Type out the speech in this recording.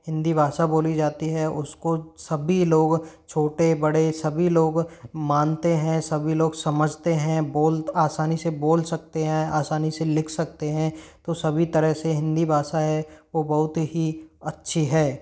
हिंदी भाषा बोली जाती है उसको सभी लोग छोटे बड़े सभी लोग मानते हैं सभी लोग समझते हैं बोल आसानी से बोल सकते हैं आसानी से लिख सकते हैं तो सभी तरह से हिंदी भाषा है वो बहुत ही अच्छी है